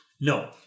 No